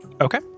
Okay